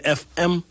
fm